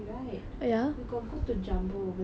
you got go to jumbo over there before